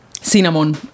cinnamon